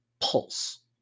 pulse